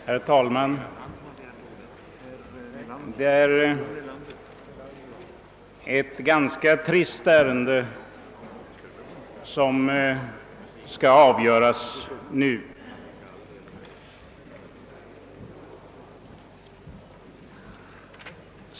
Herr talman! Det är ett ganska trist ärende som nu skall avgöras.